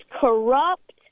corrupt